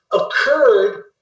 occurred